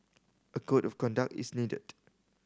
a code of conduct is needed